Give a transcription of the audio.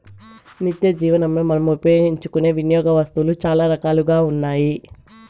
నిత్యజీవనంలో మనం ఉపయోగించుకునే వినియోగ వస్తువులు చాలా రకాలుగా ఉన్నాయి